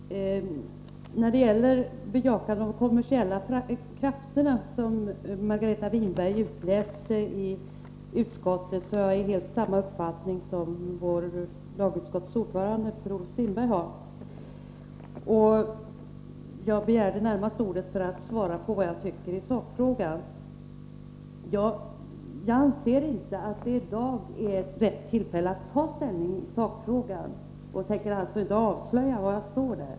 Herr talman! När det gäller ett bejakande av de kommersiella krafterna, vilket Margareta Winberg utläser ur utskottets betänkande, har jag helt samma uppfattning som lagutskottets ordförande Per-Olof Strindberg. Jag begärde ordet närmast för att svara på frågan om vad jag tycker i sakfrågan. Jag anser inte att det i dag är rätt tillfälle att ta ställning i sakfrågan och tänker alltså inte avslöja var jag står.